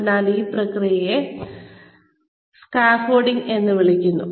അതിനാൽ ഈ പ്രക്രിയയെ സ്കാഫോൾഡിംഗ് എന്ന് വിളിക്കുന്നു